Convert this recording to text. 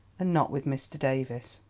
and not with mr. davies.